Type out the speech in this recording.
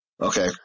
okay